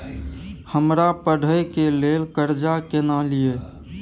हमरा पढ़े के लेल कर्जा केना लिए?